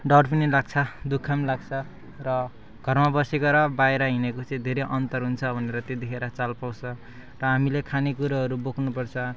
डर पनि लाग्छ दुःख पनि लाग्छ र घरमा बसेको र बाहिर हिँडेको चाहिँ धेरै अन्तर हुन्छ भनेर त्यतिखेर चाल पाउँछ र हामीले खानेकुरोहरू बोक्नुपर्छ